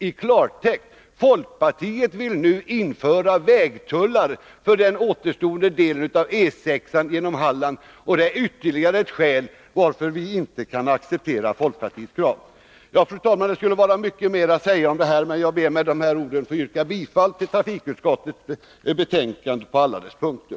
I klartext: Folkpartiet vill nu införa vägtullar för den återstående delen av E 6 genom Halland. Det är ytterligare ett skäl till att vi inte kan acceptera folkpartiets krav. Fru talman! Det skulle vara mycket mer att säga om detta. Men jag ber med dessa ord att få yrka bifall till trafikutskottets hemställan på alla punkter.